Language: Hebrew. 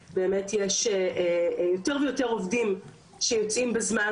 שיוצאים בזמן וממצים את זכותם לקבלת כספים,